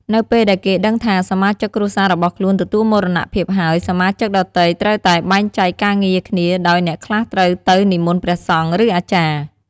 នៅពេលដែលគេដឹងថាសមាជិកគ្រួសាររបស់ខ្លួនទទួលមរណៈភាពហើយសមាជិកដទៃត្រូវតែបែងចែកការងារគ្នាដោយអ្នកខ្លះត្រូវទៅនិមន្ដព្រះសង្ឃឬអាចារ្យ។